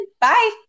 Bye